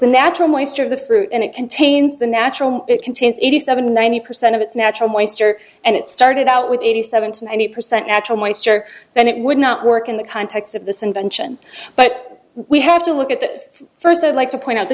the natural moisture of the fruit and it contains the natural it contains eighty seven ninety percent of its natural moisture and it started out with eighty seven to ninety percent natural moisture then it would not work in the context of this invention but we have to look at that first i'd like to point out the